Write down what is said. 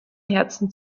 herzen